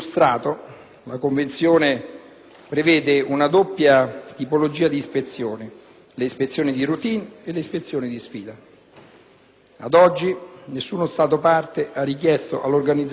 Ad oggi, nessuno Stato parte ha richiesto all'Organizzazione ispezioni su sfida, ma sono state effettuate esercitazioni di simulazione per predisporre il personale e le procedure.